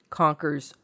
conquers